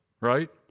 right